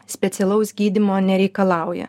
specialaus gydymo nereikalauja